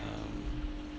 um